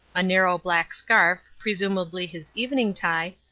a narrow black scarf, presumably his evening tie,